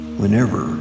whenever